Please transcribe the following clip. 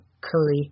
curry